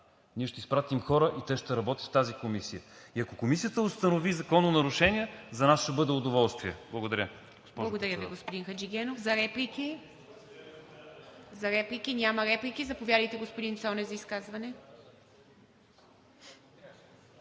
ние ще изпратим хора и те ще работят в тази комисия. И ако Комисията установи закононарушения, за нас ще бъде удоволствие. Благодаря,